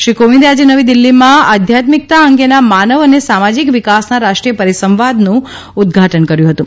શ્રી કોવિંદે આજે નવી દીલ્હીમાં આદ્યાન્મિકતા અંગેના માનવ અને સામાતિક વિકાસના રાષ્ટ્રીય પરિસંવાદનું ઉદઘાટન કહ્યું હતું